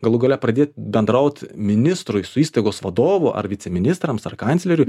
galų gale pradėt bendraut ministrui su įstaigos vadovu ar viceministrams ar kancleriui